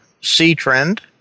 C-Trend